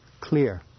clear